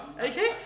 Okay